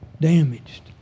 damaged